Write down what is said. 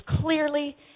clearly